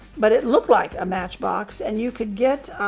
but it looked like a matchbox and you could get.